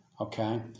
okay